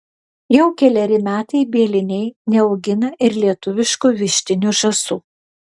jau keleri metai bieliniai neaugina ir lietuviškų vištinių žąsų